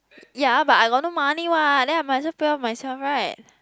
ya but I got no money what then I might as well pay off myself right